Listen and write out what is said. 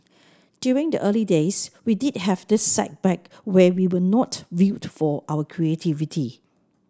during the early days we did have this setback where we were not viewed for our creativity